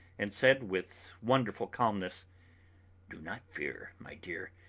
and said with wonderful calmness do not fear, my dear.